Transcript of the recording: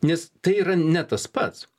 nes tai yra ne tas pats